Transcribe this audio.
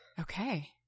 Okay